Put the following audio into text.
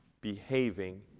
behaving